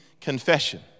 confession